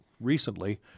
recently